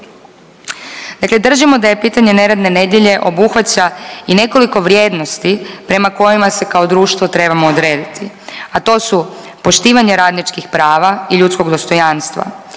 Dakle, držimo da je pitanje neradne nedjelje obuhvaća i nekoliko vrijednosti prema kojima se kao društvo trebamo odrediti, a to su poštivanje radničkih prava i ljudskog dostojanstva,